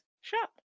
shop